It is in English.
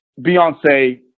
Beyonce